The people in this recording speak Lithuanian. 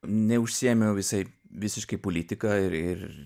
neužsiėmiau visai visiškai politika ir ir